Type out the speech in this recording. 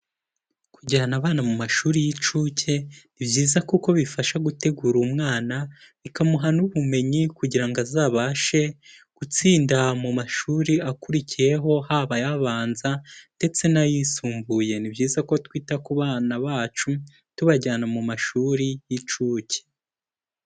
Kujyana abana mu mashuri y'incuke, ni byiza kuko bifasha gutegura umwana, bikamuha n'ubumenyi kugira ngo azabashe gutsinda mu mashuri akurikiyeho, haba ayabanza ndetse n'ayisumbuye, ni byiza ko twita ku bana bacu tubajyana mu mashuri y'incuke.